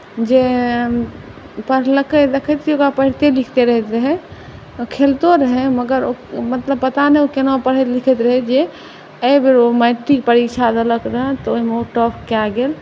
जे पढ़लकै देखैत छियै ओकरा पढ़िते लिखते रहैत रहै ओ खेलतो रहै मगर मतलब पता नहि ओ केना पढ़ैत लिखैत रहै जे एहि बेर ओ मैट्रिक परीक्षा देलक रहए तऽ ओहिमे ओ टॉप कए गेल